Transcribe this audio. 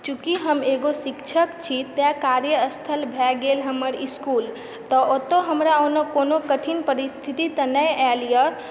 चूँकि हम एगो शिक्षक छी तैं कार्यस्थल भए गेल हमर इस्कूल तऽ ओतए हमरा ओना कोनो कठिन परिस्थिति तऽ नहि आइलिए